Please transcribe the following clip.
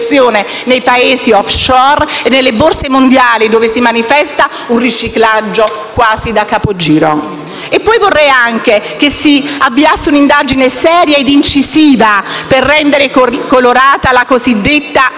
nei Paesi *offshore* e nelle borse mondiali, dove si manifesta un riciclaggio quasi da capogiro. Poi vorrei anche che si avviasse un'indagine seria ed incisiva per rendere colorata la cosiddetta zona